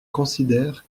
considère